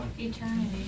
Eternity